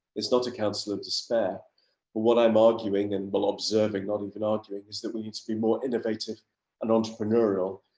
it's not a council of despair. but what i'm arguing and but observing, not even arguing, is that we need to be more innovative and entrepreneurial.